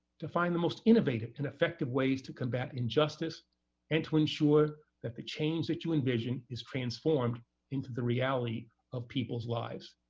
to find the most innovative and effective ways to combat injustice and to ensure that the change that you envision is transformed into the reality of people's lives.